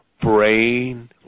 Brain